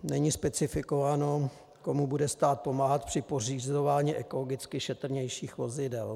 Není specifikováno, komu bude stát pomáhat při pořizování ekologicky šetrnějších vozidel.